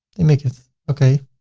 they make it okay.